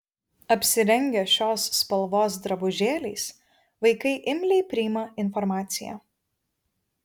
apsirengę šios spalvos drabužėliais vaikai imliai priima informaciją